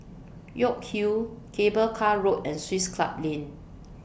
York Hill Cable Car Road and Swiss Club Lane